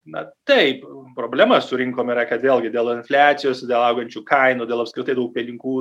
na taip problema su rinkom kad vėlgi dėl infliacijos dėl augančių kainų dėl apskritai daug pinigų